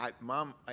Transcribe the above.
mom